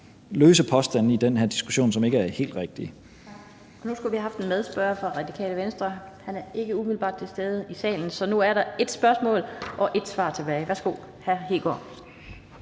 løse påstande i den her diskussion, som ikke er helt rigtige. Kl. 16:13 Den fg. formand (Annette Lind): Tak. Nu skulle vi have haft en medspørger fra Radikale Venstre, men han er ikke umiddelbart til stede i salen, så nu er der ét spørgsmål og ét svar tilbage. Værsgo, hr.